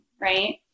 right